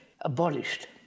abolished